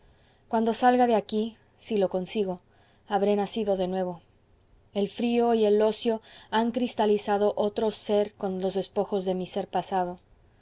cuando salga de aquí si lo consigo habré nacido de nuevo el frío y el ocio han cristalizado otro sér con los despojos de mi sér pasado